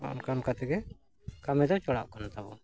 ᱚᱱᱠᱟ ᱚᱱᱠᱟᱛᱮᱜᱮ ᱠᱟᱹᱢᱤ ᱫᱚ ᱡᱚᱲᱟᱜ ᱠᱟᱱ ᱛᱟᱵᱚᱱ